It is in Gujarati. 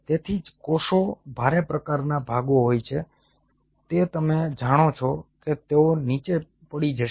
તેથી જે કોષો ભારે પ્રકારના ભાગો હોય છે તે તમે જાણો છો કે તેઓ નીચે પડી જશે